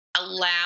allow